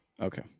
Okay